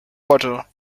water